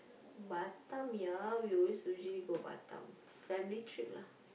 Batam ya we will always usually go Batam family trip lah